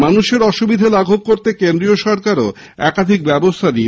মানুষের অসুবিধা লাঘব করতে কেন্দ্রীয় সরকার একাধিক ব্যবস্থা নিয়েছে